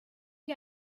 you